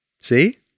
See